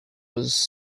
was